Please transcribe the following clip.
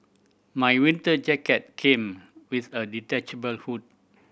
my winter jacket came with a detachable hood